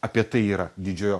apie tai yra didžiojo